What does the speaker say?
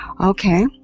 Okay